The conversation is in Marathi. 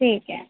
ठीक आहे